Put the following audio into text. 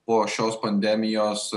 po šios pandemijos